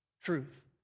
truth